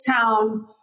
Town